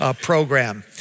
program